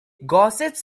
gossips